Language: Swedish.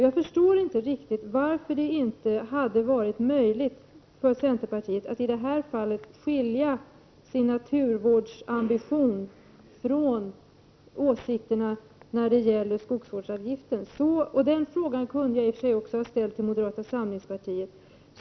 Jag förstår inte varför det inte var möjligt för centerpartiet att i detta fall skilja sin naturvårdsambition från åsikten när det gäller skogsvårdsavgiften. I och för sig ställer jag mig lika undrande inför moderata samlingspartiet.